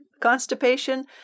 constipation